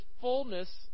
fullness